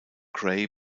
gray